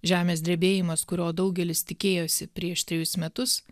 žemės drebėjimas kurio daugelis tikėjosi prieš trejus metus